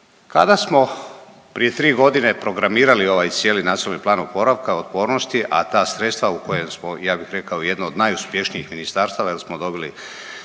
Kada smo prije 3 godine programirali ovaj cijeli Nacionalni plan oporavka i otpornosti, a ta sredstva u kojem smo, ja bih rekao i jedno od najuspješnijih ministarstava jer smo dobili